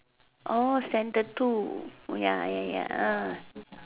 center two ya ya ya